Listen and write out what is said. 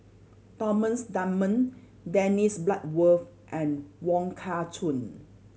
Thomas Dunman Dennis Bloodworth and Wong Kah Chun